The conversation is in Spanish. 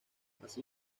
así